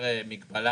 מגבלה